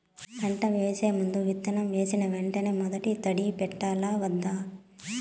పంట వేసే ముందు, విత్తనం వేసిన వెంటనే మొదటి తడి పెట్టాలా వద్దా?